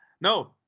No